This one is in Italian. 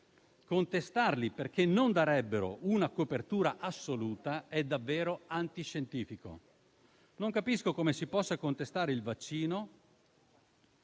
contestarli perché non darebbero una copertura assoluta è davvero antiscientifico. Non capisco come si possa contestare il vaccino